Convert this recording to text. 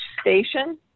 station